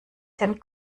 den